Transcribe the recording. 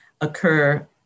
occur